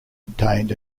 obtained